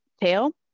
tail